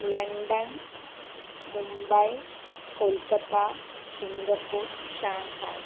London Mumbai calcutta Singapore Shanghai